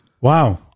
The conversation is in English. Wow